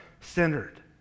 centered